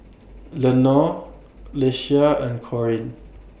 Lenore Leshia and Corine